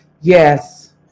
Yes